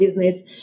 business